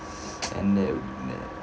and that and that